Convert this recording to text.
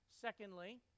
Secondly